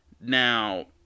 Now